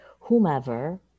whomever